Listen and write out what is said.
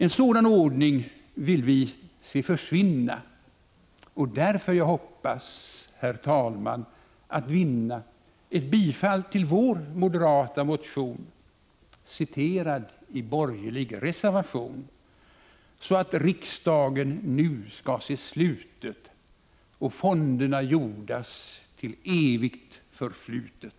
En sådan ordning vill vi se försvinna Prot. 1985/86:164 och därför jag hoppas, Herr talman, att vinna Sjuni 1986 ett bifall till vår moderata motion citerad i borgerlig reservation Så att riksdagen nu skall se slutet och fonderna jordas till evigt förflutet!